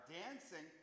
dancing